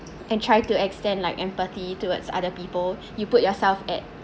and try to extend like empathy towards other people you put yourself at